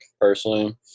personally